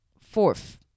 fourth